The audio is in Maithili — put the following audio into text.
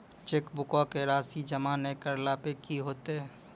चेकबुको के राशि जमा नै करला पे कि होतै?